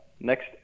next